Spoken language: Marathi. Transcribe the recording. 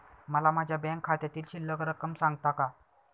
मला माझ्या बँक खात्यातील शिल्लक रक्कम सांगता का?